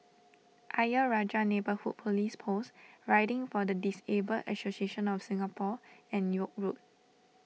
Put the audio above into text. Ayer Rajah Neighbourhood Police Post Riding for the Disabled Association of Singapore and York Road